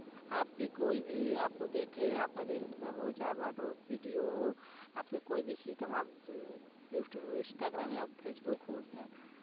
आपकी कोई भी आपको देखे आपका रील हो चाहे वाडो वीडियो हो आपके कोई भी सिस्टम आप इंस्टाग्राम या फेसबुक हो या